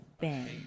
Bang